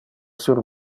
sur